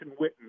Witten